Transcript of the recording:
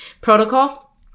protocol